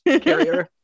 carrier